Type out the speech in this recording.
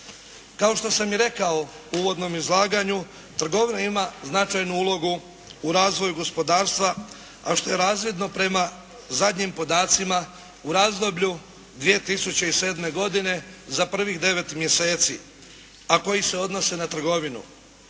Kao što sam i rekao u uvodnom izlaganju trgovina ima značajnu ulogu u razvoju gospodarstva, a što je razvidno prema zadnjim podacima u razdoblju 2007. godine za prvih 9 mjeseci a koji se odnose na trgovine.